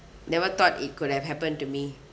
never thought it could have happened to me